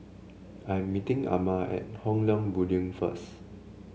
I'm meeting Amare at Hong Leong Building first